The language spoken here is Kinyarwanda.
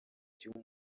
gihe